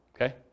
okay